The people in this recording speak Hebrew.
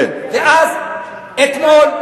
ואז אתמול,